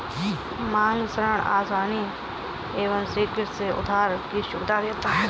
मांग ऋण आसानी एवं शीघ्रता से उधार की सुविधा देता है